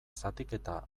zatiketa